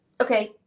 okay